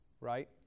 right